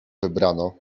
wybrano